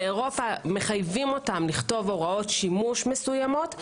באירופה מחייבים אותם לכתוב הוראות שימוש מסוימות.